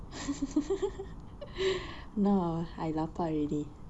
now I lapar already